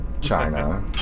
China